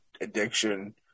addiction